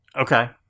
Okay